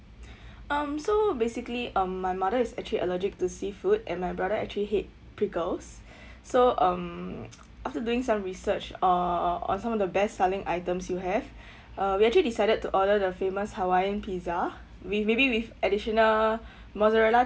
um so basically um my mother is actually allergic to seafood and my brother actually hate pickles so um after doing some research uh on some of the best selling items you have uh we actually decided to order the famous hawaiian pizza with maybe with additional mozarella